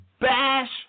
bash